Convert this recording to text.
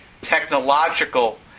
technological